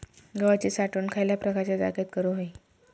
गव्हाची साठवण खयल्या प्रकारच्या जागेत करू होई?